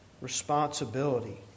responsibility